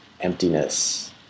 emptiness